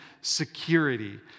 security